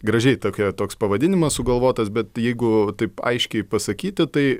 gražiai tokia toks pavadinimas sugalvotas bet jeigu taip aiškiai pasakyti tai